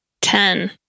Ten